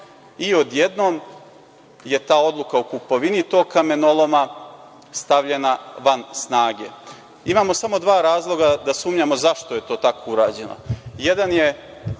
i odjednom je ta odluka o kupovini tog kamenoloma stavljena van snage. Imamo samo dva razloga da sumnjamo zašto je to tako urađeno. Jedan je